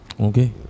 Okay